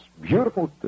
beautiful